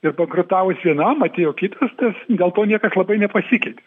ir bankrutavus vienam atėjo kitas tas dėl to niekas labai nepasikeitė